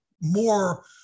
more